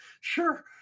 sure